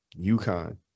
UConn